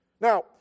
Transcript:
Now